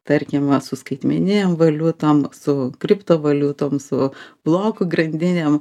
tarkim su skaitmeninėm valiutom su kriptovaliutom su blokų grandinėm